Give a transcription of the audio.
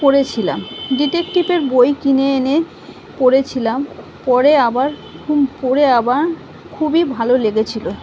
পড়েছিলাম ডিটেকটিভের বই কিনে এনে পড়েছিলাম পড়ে আবার পড়ে আবার খুবই ভালো লেগেছিল